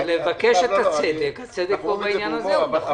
זה לבקש את הצדק והצדק בעניין הזה הוא נכון.